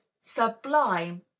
sublime